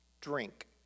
Drink